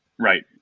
Right